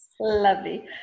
Lovely